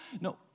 No